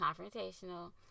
confrontational